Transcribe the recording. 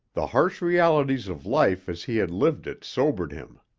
the harsh realities of life as he had lived it sobered him.